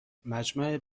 مجمع